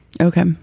Okay